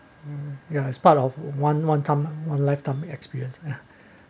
ya as part of one one time lah one lifetime experience ah